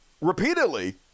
repeatedly